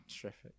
terrific